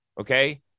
Okay